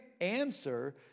answer